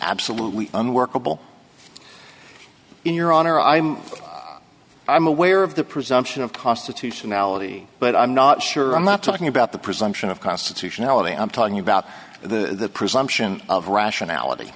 absolutely unworkable in your honor i'm i'm aware of the presumption of constitution ality but i'm not sure i'm not talking about the presumption of constitutionality i'm talking about the presumption of rationality